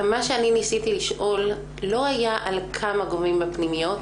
מה שאני ניסיתי לשאול לא היה על כמה גובים בפנימיות,